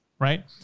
right